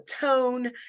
tone